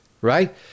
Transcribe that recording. right